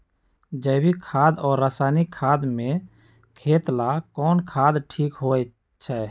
जैविक खाद और रासायनिक खाद में खेत ला कौन खाद ठीक होवैछे?